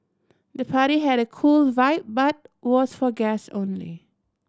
the party had a cool vibe but was for guests only